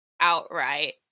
outright